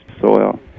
soil